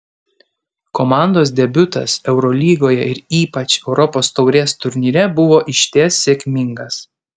komandos debiutas eurolygoje ir ypač europos taurės turnyre buvo išties sėkmingas